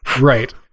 right